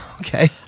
Okay